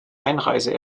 einreise